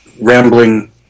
rambling